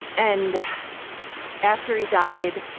and after he died,